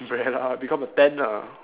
umbrella become a tent ah